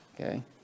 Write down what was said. okay